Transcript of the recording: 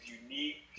unique